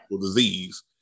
disease